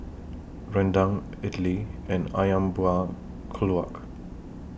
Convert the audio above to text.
Rendang Idly and Ayam Buah Keluak